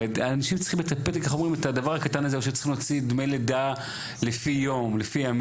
אנשים צריכים פתק לדבר הקטן הזה שצריכים להוציא דמי לידה לפי ימים.